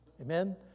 Amen